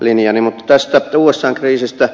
mutta tästä usan kriisistä